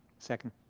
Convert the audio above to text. second.